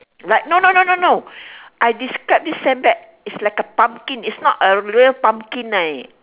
right no no no no no I describe this sandbag it's like a pumpkin it's not a real pumpkin eh